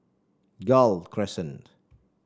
Gul Crescent